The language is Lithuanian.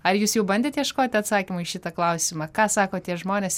ar jūs jau bandėt ieškoti atsakymo į šitą klausimą ką sako tie žmonės